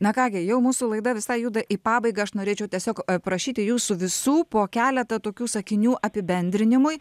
na ką gi jau mūsų laida visai juda į pabaigą aš norėčiau tiesiog prašyti jūsų visų po keletą tokių sakinių apibendrinimui